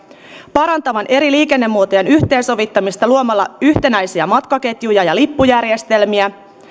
parantavan eri liikennemuotojen yhteensovittamista luomalla yhtenäisiä matkaketjuja ja lippujärjestelmiä